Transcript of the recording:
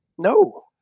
No